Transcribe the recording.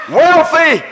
wealthy